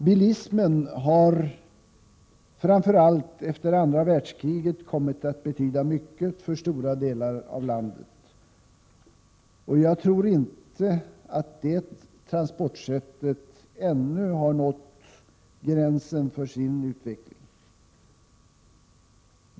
Bilismen har framför allt efter andra världskriget kommit att betyda mycket för stora delar av landet, och jag tror inte att det transportsättet ännu har nått gränsen för sin utveckling.